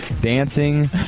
dancing